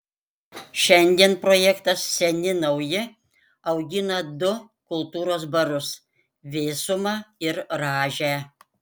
šiandien projektas seni nauji augina du kultūros barus vėsumą ir rąžę